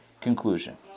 conclusion